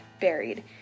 buried